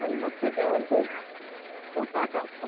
अन् मस्त जेवण करू